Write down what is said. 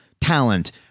talent